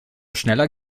schneller